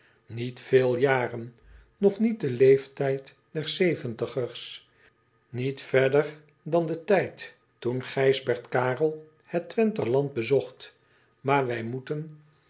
niet veel jaren nog niet den leeftijd der zeventigers niet verder dan den tijd toen ijsbert arel het wenther land bezocht aar wij moeten